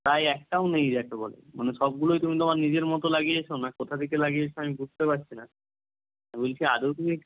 প্রায় একটাও নেই যাকে বলে মানে সবগুলোই তুমি তোমার নিজের মতো লাগিয়েছ না কোথা থেকে লাগিয়েছ আমি বুঝতে পারছি না আমি বলছি আদৌ তুমি